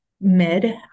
mid